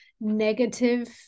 negative